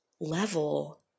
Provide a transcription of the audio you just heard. level